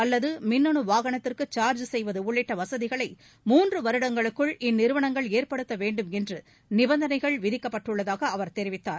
அல்லதுமின்னணுவாகனத்திற்குசார்ஜ் உயிரிஎரிபொருள் செய்வதுஉள்ளிட்டவசதிகளை மூன்றுவருடங்களுக்குள் இந்நிறுவனங்கள் ஏற்படுத்தவேண்டுமென்றுநிபந்தளைகள் விதிக்கப்பட்டுள்ளதாகஅவர் தெரிவித்தார்